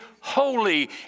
holy